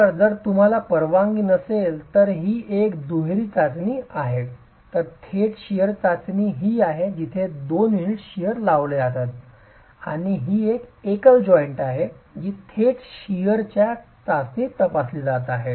तर जर तुम्हाला परवानगी असेल तर ही एक दुहेरी शिअर चाचणी आहे तर थेट शिअर चाचणी ही आहे जिथे 2 युनिट शिअर लावले जात आहेत आणि ही एकल जॉइंट आहे जी थेट शिअरच्या चाचणीत तपासली जात आहे